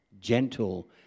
gentle